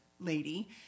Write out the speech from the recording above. lady